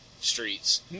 streets